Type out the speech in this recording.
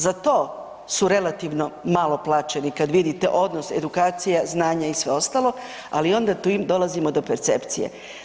Za to su relativno malo plaćeni kad vidite odnos edukacija, znanje i sve ostalo, ali onda tu dolazimo do percepcije.